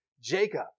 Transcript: Jacob